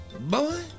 Boy